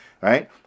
right